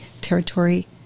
territory